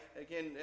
again